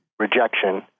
Rejection